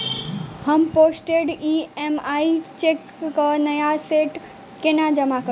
हम postdated EMI cheque केँ नया सेट केना जमा करू?